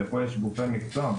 ופה יש גופי מקצוע,